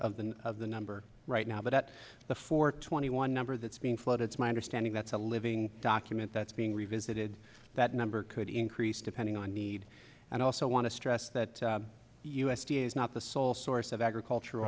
of the of the number right now but at the four twenty one number that's being flood it's my understanding that's a living document that's being revisited that number could increase depending on need and i also want to stress that u s d a is not the sole source of agricultur